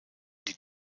die